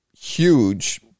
huge